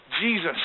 Jesus